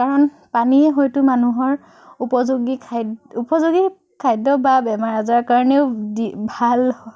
কাৰণ পানীয়ে হয়তো মানুহৰ উপযোগী খাদ্য উপযোগী খাদ্য বা বেমাৰ আজাৰৰ কাৰণেও ভাল হয়